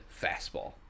fastball